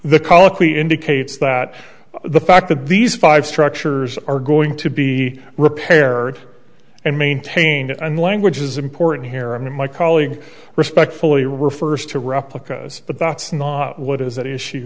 the colloquy indicates that the fact that these five structures are going to be repaired and maintained and language is important here and my colleague respectfully refers to replicas but that's not what is that issue